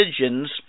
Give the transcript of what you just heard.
religions